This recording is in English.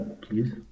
please